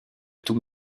tous